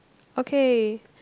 okay